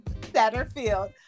satterfield